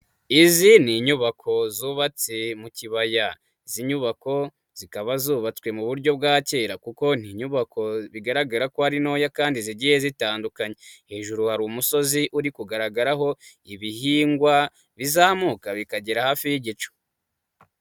Izi ni inyubako zubatse mu kibaya, izi nyubako zikaba zubatswe mu buryo bwa kera, kuko ni inyubako bigaragara ko ari ntoya kandi zigiye zitandukanya ,hejuru hari umusozi uri kugaragaraho ibihingwa bizamuka bikagera hafi y'igicu.